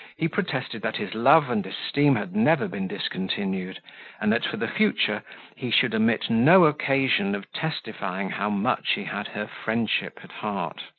he protested that his love and esteem had never been discontinued, and that for the future he should omit no occasion of testifying how much he had her friendship at heart.